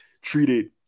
treated